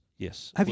Yes